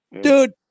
Dude